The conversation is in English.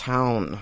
Town